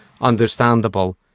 understandable